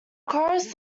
chorus